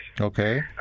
Okay